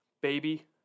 Baby